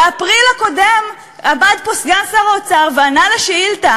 באפריל הקודם עמד פה סגן שר האוצר וענה על שאילתה